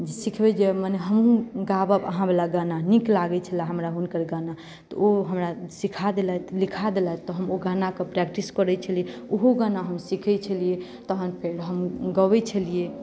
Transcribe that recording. सिखबै जे मने हमहुँ गायब अहाँ वाला गाना कियाकि नीक लागै छल हमरा हुनकर गाना तऽ ओ हमरा लिखा देलथि तऽ हम ओ गानाके प्रैक्टिस करै छलियै ओहो गाना हम सिखै छलियै तहन फेर हम गाबै छलियै